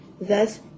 Thus